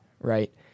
right